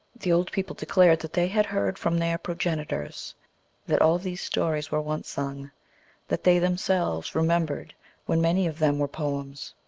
the old people declared that they had heard from their progenitors that all of these stories were once sung that they themselves remembered when many of them were poems.